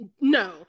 no